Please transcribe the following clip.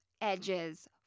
edges